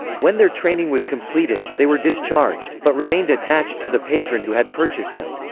when their training was completed, they were discharged, but remained attached to the patron who had purchased them.